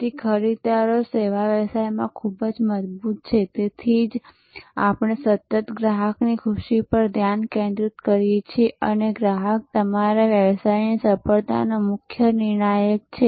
તેથી ખરીદદારો સેવા વ્યવસાયમાં ખૂબ જ મજબૂત છે તેથી જ આપણે સતત ગ્રાહકની ખુશી પર ધ્યાન કેન્દ્રિત કરીએ છીએ અને ગ્રાહક તમારા વ્યવસાયની સફળતાનો મુખ્ય નિર્ણાયક છે